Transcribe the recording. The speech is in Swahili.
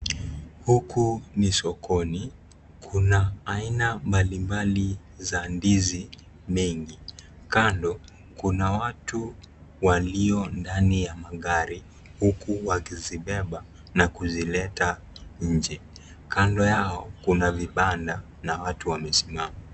Huku ni sokoni. Kuna aina mbalimbali za ndizi mengi. Kando kuna watu walio ndani ya magari huku wakizibeba na kuzileta nje. Kando yao kuna vibanda na watu wamesimama.